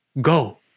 Go